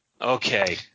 Okay